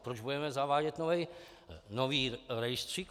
Proč budeme zavádět nový rejstřík?